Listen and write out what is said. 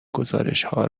گزارشهای